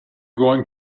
going